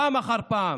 פעם אחר פעם